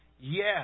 yes